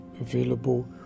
available